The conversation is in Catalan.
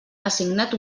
assignat